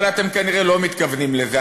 אבל אתם כנראה לא מתכוונים לזה,